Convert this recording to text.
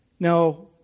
Now